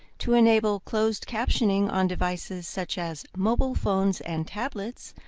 to enable closed captioning on devices such as mobile phones and tablets,